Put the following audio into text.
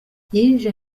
yinjiye